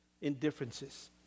Indifferences